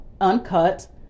uncut